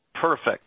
Perfect